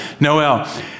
Noel